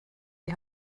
die